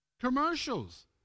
Commercials